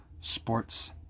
Sports